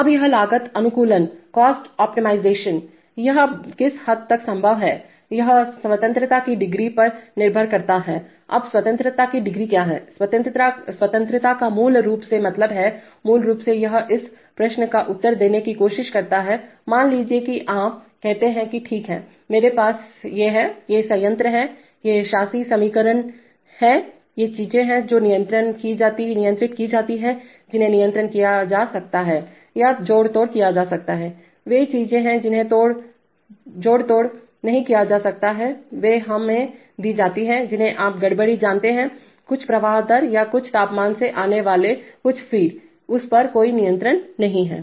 अब यह लागत अनुकूलनकॉस्ट ऑप्टिमाइजेशनयह किस हद तक संभव हैयह स्वतंत्रता की डिग्री पर निर्भर करता हैअब स्वतंत्रता की डिग्री क्या है स्वतंत्रता का मूल रूप से मतलब हैमूल रूप से यह इस प्रश्न का उत्तर देने की कोशिश करता हैमान लीजिए कि आप कहते हैं कि ठीक है मेरे पास ये हैं यह संयंत्र है ये शासी समीकरण हैं ये चीजें हैं जो नियंत्रित की जाती हैं जिन्हें नियंत्रित किया जा सकता है या जोड़ तोड़ किया जा सकता है वे चीजें हैं जिन्हें जोड़ तोड़ नहीं किया जा सकता है वे हमें दी जाती हैं जिन्हें आप गड़बड़ी जानते हैं कुछ प्रवाह दर या कुछ तापमान से आने वाले कुछ फ़ीड उस पर कोई नियंत्रण नहीं है